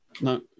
No